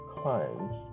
clients